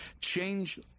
Change